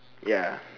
ya